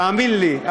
תאמין לי,